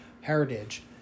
heritage